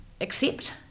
accept